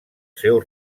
seu